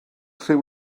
rhyw